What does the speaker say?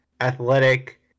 athletic